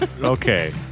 Okay